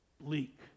bleak